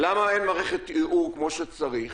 למה אין מערכת ערעור כמו שצריך.